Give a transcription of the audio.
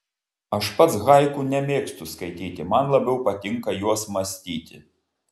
aš pats haiku nemėgstu skaityti man labiau patinka juos mąstyti